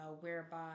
whereby